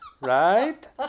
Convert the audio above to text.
Right